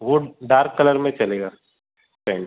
वो dark colour में चलेगा पेंट